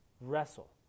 wrestle